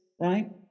right